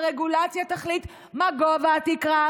הרגולציה תחליט מה גובה התקרה,